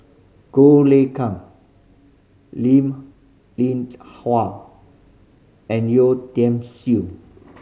Goh Lay Come Linn Linn Hua and Yeo Tiam Siew